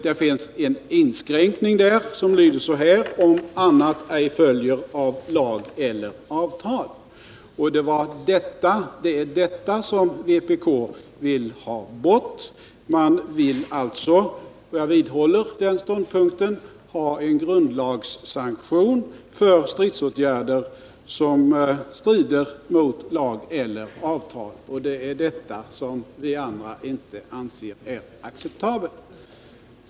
Det finns en inskränkning där som lyder: ”om annat ej följer av lag eller avtal.” Det är denna inskränkning som ni i vpk vill ha bort. Ni vill alltså — jag vidhåller den ståndpunkten — ha en grundlagssanktion för stridsåtgärder som strider mot lag eller avtal. Det är detta som vi andra inte anser vara acceptabelt.